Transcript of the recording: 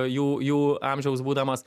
jų jų amžiaus būdamas